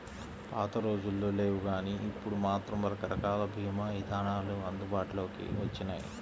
పాతరోజుల్లో లేవుగానీ ఇప్పుడు మాత్రం రకరకాల భీమా ఇదానాలు అందుబాటులోకి వచ్చినియ్యి